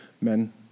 Men